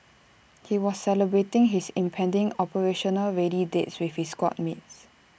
he was celebrating his impending operationally ready date with his squad mates